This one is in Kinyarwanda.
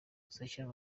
kuzashyira